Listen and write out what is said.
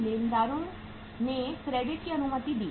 लेनदारों ने क्रेडिट की अनुमति दी